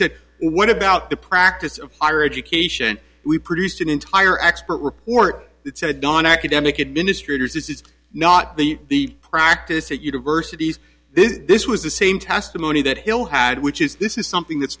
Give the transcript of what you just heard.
said what about the practice of higher education we produced an entire expert report on academic administrators this is not the practice at universities this was the same testimony that hill had which is this is something that's